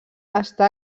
està